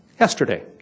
yesterday